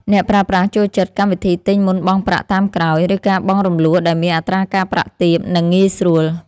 អ្នកប្រើប្រាស់ចូលចិត្តកម្មវិធីទិញមុនបង់ប្រាក់តាមក្រោយ ឬការបង់រំលស់ដែលមានអត្រាការប្រាក់ទាប និងងាយស្រួល។